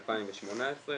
אז יש מקומות נוספים אצלכם.